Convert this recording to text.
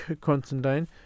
Constantine